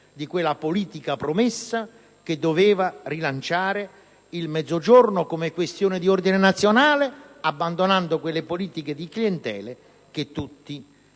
di quella politica promessa che doveva rilanciare il Mezzogiorno come questione di ordine nazionale, abbandonando quelle politiche di clientele che tutti respingiamo.